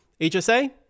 HSA